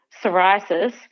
psoriasis